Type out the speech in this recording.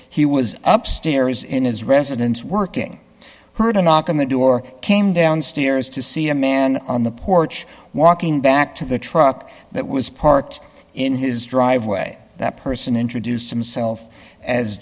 he was up stairs in his residence working heard a knock on the door came downstairs to see a man on the porch walking back to the truck that was parked in his driveway that person introduced himsel